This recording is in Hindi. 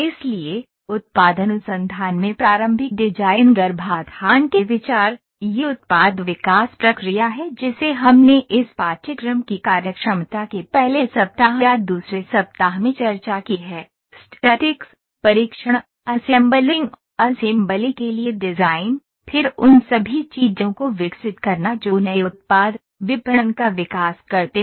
इसलिए उत्पाद अनुसंधान में प्रारंभिक डिजाइन गर्भाधान के विचार यह उत्पाद विकास प्रक्रिया है जिसे हमने इस पाठ्यक्रम की कार्यक्षमता के पहले सप्ताह या दूसरे सप्ताह में चर्चा की है स्टैटिक्स परीक्षण असेंबलिंग असेंबली के लिए डिज़ाइन फिर उन सभी चीजों को विकसित करना जो नए उत्पाद विपणन का विकास करते हैं